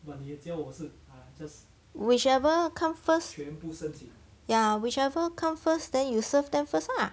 whichever come first ya whichever come first then you serve them first lah